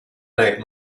night